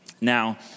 Now